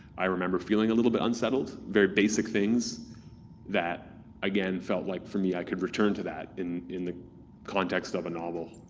i remember feeling a little bit unsettled, very basic things that again, felt like for me i could return to that in in the context of a novel,